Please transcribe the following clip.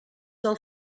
del